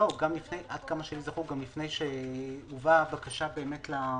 עד כמה שזכור לי, גם לפני שהובאה בקשה להצמדה.